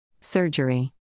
Surgery